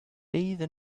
bathe